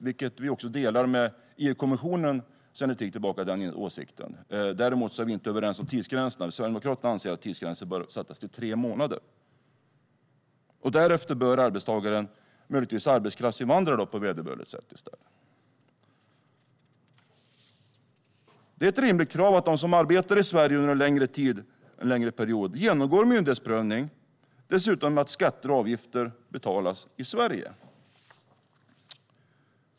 Den åsikten delar vi med EU-kommissionen sedan en tid tillbaka. Däremot är vi inte överens om tidsgränserna. Sverigedemokraterna anser att tidsgränsen bör sättas till tre månader. Därefter bör arbetstagaren möjligen arbetskraftsinvandra på vederbörligt sätt. Det är ett rimligt krav att de som arbetar i Sverige under en längre period genomgår myndighetsprövning och att skatter och avgifter betalas i Sverige.